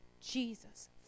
Jesus